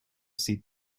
seat